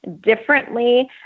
differently